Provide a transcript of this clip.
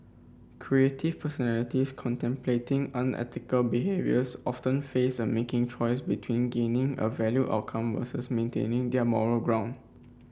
creative personalities contemplating unethical behaviours often face making a choice between gaining a valued outcome versus maintaining their moral ground